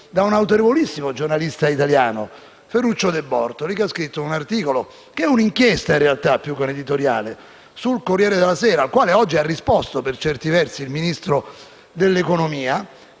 da un autorevolissimo giornalista italiano, Ferruccio De Bortoli, il quale ha scritto un articolo che è un'inchiesta più che un editoriale, sul «Corriere della Sera» cui oggi ha risposto, per certi versi, il Ministro dell'economia